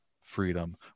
freedom